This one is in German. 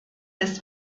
des